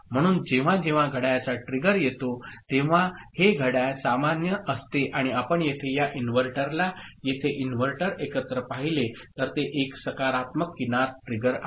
म्हणून जेव्हा जेव्हा घड्याळाचा ट्रिगर येतो तेव्हा हे घड्याळ सामान्य असते आणि आपण येथे या इन्व्हर्टरला येथे इन्व्हर्टर एकत्र पाहिले तर ते एक सकारात्मक किनार ट्रिगर आहे